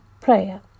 prayer